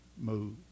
move